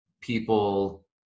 people